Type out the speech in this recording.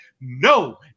No